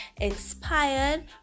inspired